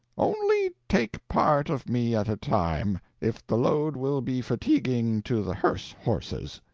only take part of me at a time, if the load will be fatiguing to the hearse horses.